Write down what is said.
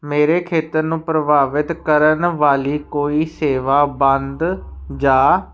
ਮੇਰੇ ਖੇਤਰ ਨੂੰ ਪ੍ਰਭਾਵਿਤ ਕਰਨ ਵਾਲੀ ਕੋਈ ਸੇਵਾ ਬੰਦ ਜਾਂ